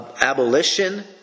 abolition